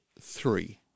three